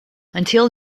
until